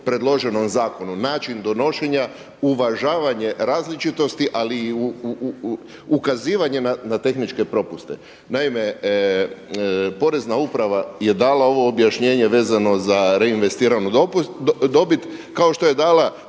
predloženom zakonu, način donošenja, uvažavanje različitosti ali i ukazivanje na tehničke propuste. Naime, porezna uprava je dala ovo objašnjenje vezano za reinvestiranu dobit kao što je dala